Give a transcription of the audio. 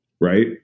right